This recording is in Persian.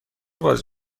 باز